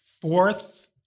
fourth